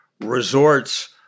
Resorts